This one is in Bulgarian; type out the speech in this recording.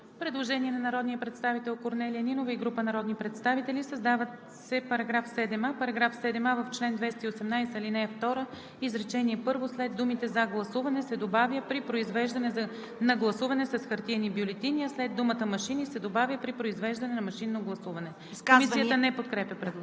Предложение на народния представител Корнелия Нинова и група народни представители: „Създава се § 7а: „§ 7а. В чл. 218, ал 2, изречение първо след думите „за гласуване“ се добавя „при произвеждане на гласуване с хартиени бюлетини“, а след думата „машини“ се добавя „при произвеждане на машинно гласуване“.“ Комисията не подкрепя предложението.